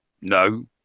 no